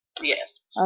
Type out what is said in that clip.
yes